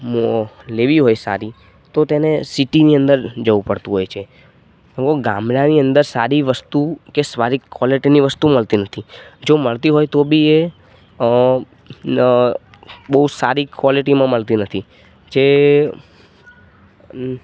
લેવી હોય સારી તો તેને સિટિની અંદર જવું પડતું હોય છે હું ગામડાની અંદર સારી વસ્તુ કે સારી ક્વોલિટીની વસ્તુ મળતી નથી જો મળતી હોય તો બી એ બહુ સારી ક્વોલિટીમાં મળતી નથી જે